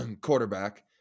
quarterback